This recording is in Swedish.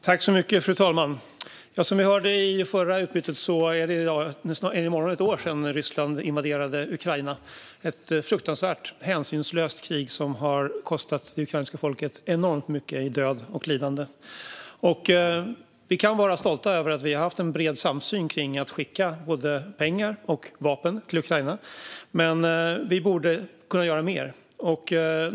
Fru talman! Som vi hörde i den förra frågan är det i morgon ett år sedan Ryssland invaderade Ukraina. Det är ett fruktansvärt hänsynslöst krig som har kostat det ukrainska folket enormt mycket i död och lidande. Vi kan vara stolta över att vi har haft en bred samsyn när det gäller att skicka både pengar och vapen till Ukraina. Men vi borde kunna göra mer.